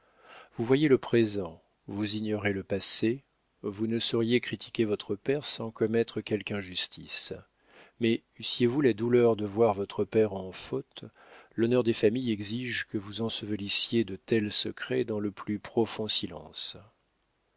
vous voyez le présent vous ignorez le passé vous ne sauriez critiquer votre père sans commettre quelque injustice mais eussiez-vous la douleur de voir votre père en faute l'honneur des familles exige que vous ensevelissiez de tels secrets dans le plus profond silence